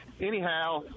Anyhow